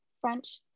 French